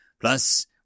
Plus